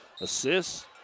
Assists